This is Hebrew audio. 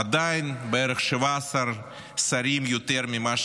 עדיין, בערך 17 שרים יותר ממה